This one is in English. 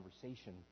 conversation